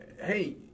hey